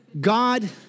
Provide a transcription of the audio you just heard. God